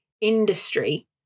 industry